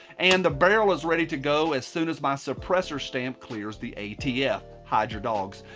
and the barrel is ready to go as soon as my suppressor stamp clears the atf. hide your dogs.